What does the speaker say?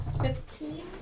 Fifteen